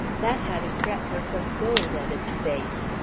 that had a fretwork of gold at its base.